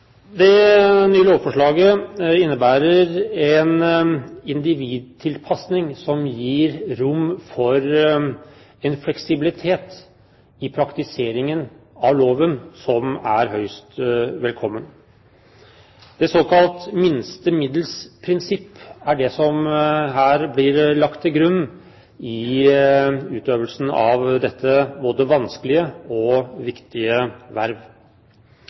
Det nye lovforslaget innebærer en individtilpasning som gir rom for fleksibilitet i praktiseringen av loven, som er høyst velkommen. Det såkalte minste middels prinsipp er det som blir lagt til grunn i utøvelsen av dette både vanskelige og viktige verv.